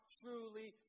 truly